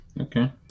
Okay